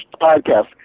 podcast